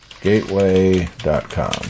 gateway.com